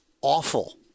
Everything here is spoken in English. awful